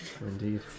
Indeed